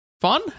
fun